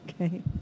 Okay